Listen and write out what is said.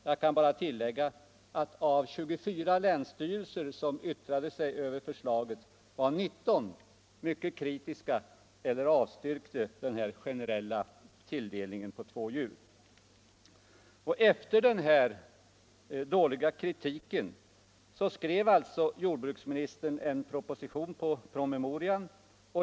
Jag kan bara tillägga att av 24 länsstyrelser som yttrade sig över förslaget var 19 mycket kritiska mot eller avstyrkte den generella tilldelningen på två djur. Efter den dåliga kritiken skrev alltså jordbruksministern en proposition på grundval av promemorian.